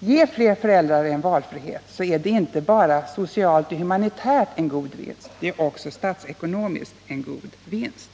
ge fler föräldrar en valfrihet så är det inte bara socialt och humanitärt en god hjälp — det är också statsekonomiskt en god vinst.